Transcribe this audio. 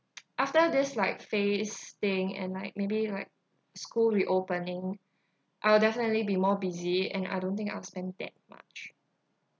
after this like phase thing and like maybe like school reopening I'll definitely be more busy and I don't think I'll spend that much